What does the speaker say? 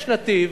יש נתיב,